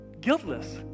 guiltless